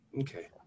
okay